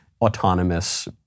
autonomous